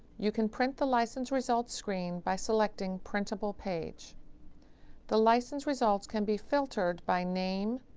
you can print the license results screen by selecting printable page the license results can be filtered by name,